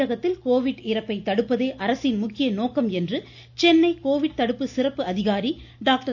தமிழகத்தில் கோவிட் இறப்பை தடுப்பதே அரசின் முக்கிய நோக்கம் என்று சென்னை கோவிட் தடுப்பு சிறப்பு அதிகாரி டாக்டர்